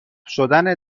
شدن